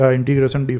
integration